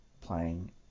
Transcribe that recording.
playing